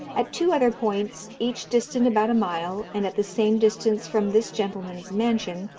at two other points, each distant about a mile, and at the same distance from this gentleman's mansion,